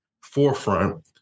forefront